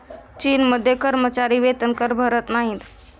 चीनमध्ये कर्मचारी वेतनकर भरत नाहीत